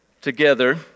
together